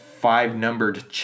five-numbered